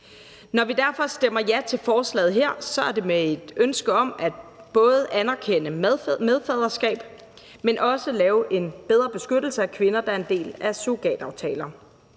Når vi derfor stemmer ja til forslaget her, er det med et ønske om både at anerkende medfaderskab, men også lave en bedre beskyttelse af kvinder, der er en del af surrogataftaler.